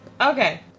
Okay